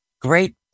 great